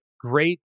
great